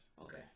Okay